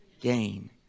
Gain